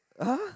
!huh!